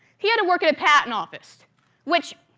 he had to work at a patent office which,